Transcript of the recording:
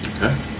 Okay